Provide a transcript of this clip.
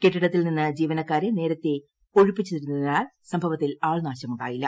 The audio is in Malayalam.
കെട്ടിടത്തിൽ നിന്ന് ജീവനക്കാരെ നേരത്തെ ഒഴിപ്പിച്ചിരുന്നതിനാൽ സംഭവത്തിൽ ആൾനാശമുണ്ടായില്ല